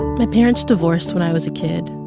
my parents divorced when i was a kid.